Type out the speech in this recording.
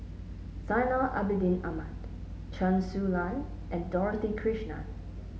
Zainal Abidin Ahmad Chen Su Lan and Dorothy Krishnan